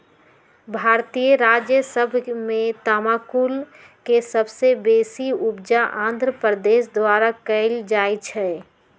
भारतीय राज्य सभ में तमाकुल के सबसे बेशी उपजा आंध्र प्रदेश द्वारा कएल जाइ छइ